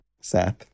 Seth